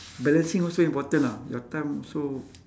balancing also important ah your time so